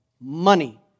money